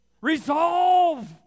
resolve